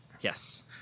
Yes